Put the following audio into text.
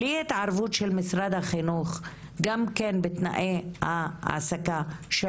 בלי ההתערבות של משרד החינוך גם הוא בתנאי ההעסקה של